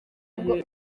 ubwo